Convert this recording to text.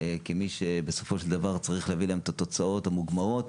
כמי שבסופו של דבר צריכה להביא להם את התוצאות המוגמרות,